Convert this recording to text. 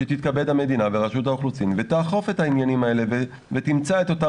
שתתכבד המדינה ורשות האוכלוסין ותאכוף את העניינים האלה ותמצא את אותם